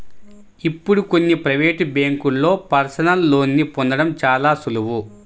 ఇప్పుడు కొన్ని ప్రవేటు బ్యేంకుల్లో పర్సనల్ లోన్ని పొందడం చాలా సులువు